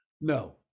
no